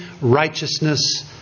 righteousness